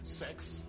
Sex